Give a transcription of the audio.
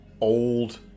old